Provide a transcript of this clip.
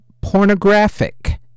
pornographic